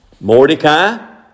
Mordecai